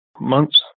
months